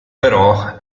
però